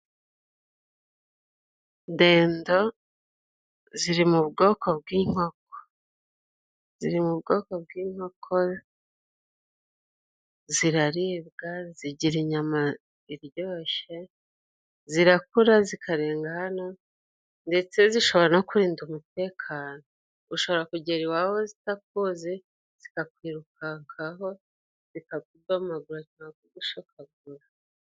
Dendo ziri mu bwoko bw'inkoko ziri mu bwoko bw'inkoko ziraribwa zigira inyama iryoshye. Zirakura zikarenga hano ndetse zishobora no kurinda umutekano; ushobora kugera iwabo zitakuzi zikakwirukankaho zikakudomagura.